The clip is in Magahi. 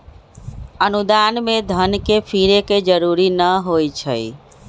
अनुदान में धन के फिरे के जरूरी न होइ छइ